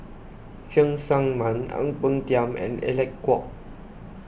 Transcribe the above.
Cheng Tsang Man Ang Peng Tiam and Alec Kuok